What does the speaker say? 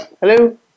Hello